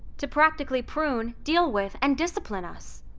to practically prune, deal with, and discipline us.